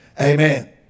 Amen